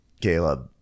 Caleb